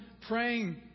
praying